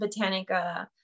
botanica